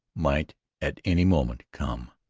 might at any moment come.